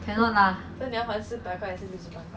cannot lah